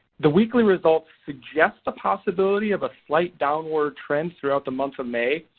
the weekly results suggest the possibility of a slight downward trend throughout the month of may.